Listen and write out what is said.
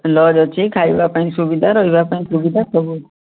lodge ଅଛି ଖାଇବା ପାଇଁ ବି ରହିବା ପାଇଁ ସୁବିଧା ସବୁ